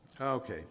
Okay